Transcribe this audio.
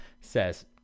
says